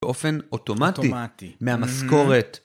באופן אוטומטי מהמשכורת.